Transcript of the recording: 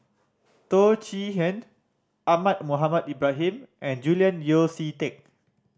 Teo Chee Hean Ahmad Mohamed Ibrahim and Julian Yeo See Teck